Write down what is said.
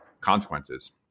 consequences